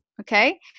Okay